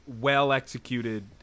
well-executed